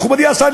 מכובדי השר,